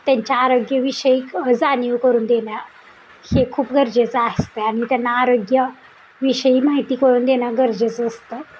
त्यांच्या आरोग्यविषयक जाणीव करून देणं हे खूप गरजेचं असतं आणि त्यांना आरोग्याविषयी माहिती करून देणं गरजेचं असतं